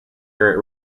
her